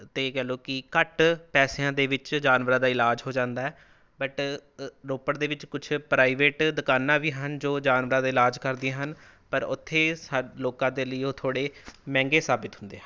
ਅਤੇ ਕਹਿ ਲੋ ਕਿ ਘੱਟ ਪੈਸਿਆਂ ਦੇ ਵਿੱਚ ਜਾਨਵਰਾਂ ਦਾ ਇਲਾਜ ਹੋ ਜਾਂਦਾ ਹੈ ਬਟ ਰੋਪੜ ਦੇ ਵਿੱਚ ਕੁਝ ਪ੍ਰਾਈਵੇਟ ਦੁਕਾਨਾਂ ਵੀ ਹਨ ਜੋ ਜਾਨਵਰਾਂ ਦੇ ਇਲਾਜ ਕਰਦੀਆਂ ਹਨ ਪਰ ਉੱਥੇ ਸਾ ਲੋਕਾਂ ਦੇ ਲਈ ਉਹ ਥੋੜ੍ਹੇ ਮਹਿੰਗੇ ਸਾਬਿਤ ਹੁੰਦੇ ਹਨ